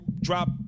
drop